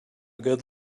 good